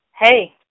Hey